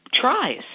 tries